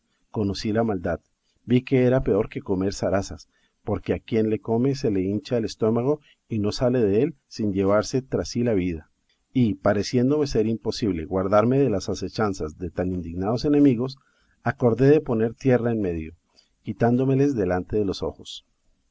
conocí la maldad vi que era peor que comer zarazas porque a quien la come se le hincha el estómago y no sale dél sin llevarse tras sí la vida y pareciéndome ser imposible guardarme de las asechanzas de tan indignados enemigos acordé de poner tierra en medio quitándomeles delante de los ojos